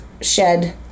shed